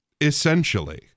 Essentially